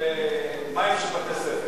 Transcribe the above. במים של בתי-ספר,